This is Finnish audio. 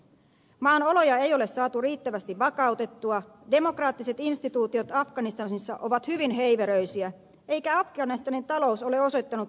maan oloja ei ole saatu riittävästi vakautettua demokraattiset instituutiot afganistanissa ovat hyvin heiveröisiä eikä afganistanin talous ole osoittanut elpymisen merk kejä